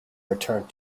returned